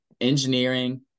engineering